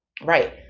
Right